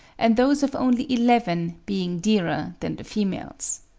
and those of only eleven being dearer than the females.